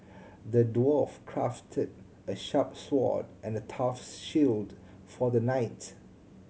the dwarf crafted a sharp sword and the tough shield for the knight